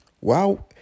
Wow